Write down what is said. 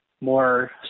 more